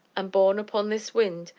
and, borne upon this wind,